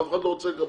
אף אחד לא רוצה לקבל.